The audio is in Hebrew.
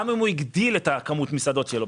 גם אם הוא הגדיל את מספר המסעדות שלו.